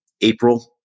April